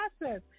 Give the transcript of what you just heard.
process